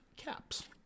caps